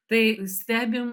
tai stebim